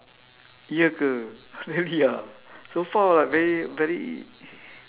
ye ke really ah so far like very very